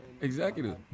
Executive